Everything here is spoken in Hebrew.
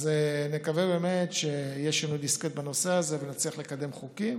אז נקווה באמת שיהיה שינוי דיסקט בנושא הזה ונצליח לקדם חוקים,